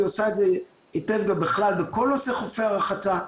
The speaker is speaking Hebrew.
והיא עושה את זה היטב גם בכלל בכל נושא חופי הרחצה,